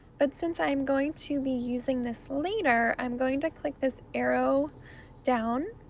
but since i'm going to be using this later, i'm going to click this arrow down,